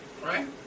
Right